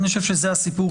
אני חושב שזה הסיפור,